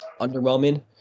underwhelming